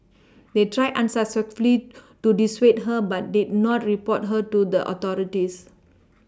they tried unsuccessfully to dissuade her but did not report her to the authorities